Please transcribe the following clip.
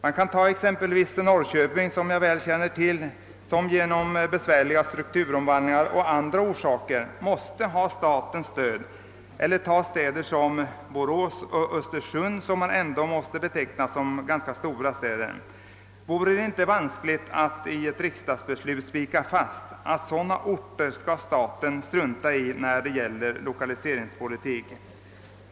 Jag kan exempelvis nämna Norrköping som jag väl känner till som genom besvärliga strukturomvandlingar och av andra orsaker måste ha statens stöd. Motsvarande gäller städer som Borås och Östersund som måste betecknas som ganska stora städer. Vore det inte vanskligt att i ett riksdagsbeslut spika fast att sådana orter skall staten inte bry sig om i sin 1okaliseringspolitik?